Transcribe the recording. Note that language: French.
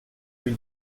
rue